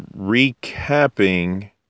recapping